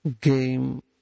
game